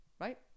right